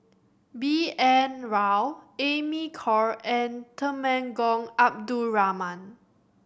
B N Rao Amy Khor and Temenggong Abdul Rahman